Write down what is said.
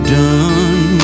done